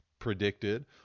predicted